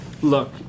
Look